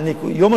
יום.